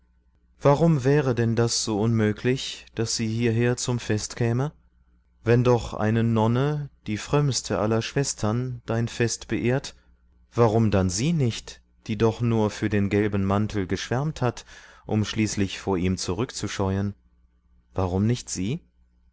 warum wäre denn das so unmöglich daß sie hierher zum fest käme wenn doch eine nonne die frömmste aller schwestern dein fest beehrt warum dann sie nicht die doch nur für den gelben mantel geschwärmt hat um schließlich vor ihm zurückzuscheuen warum nicht sie